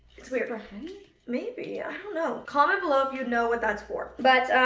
it's weird. maybe, i don't know. comment below if you know what that's for, but,